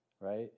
right